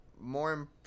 more